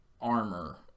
armor